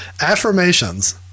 Affirmations